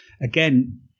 again